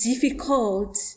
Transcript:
difficult